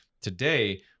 today